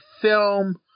film